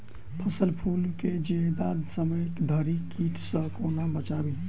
फल फुल केँ जियादा समय धरि कीट सऽ कोना बचाबी?